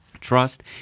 Trust